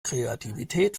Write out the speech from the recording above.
kreativität